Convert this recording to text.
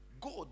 God